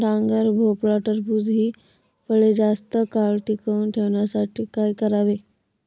डांगर, भोपळा, टरबूज हि फळे जास्त काळ टिकवून ठेवण्यासाठी काय करावे?